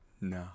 No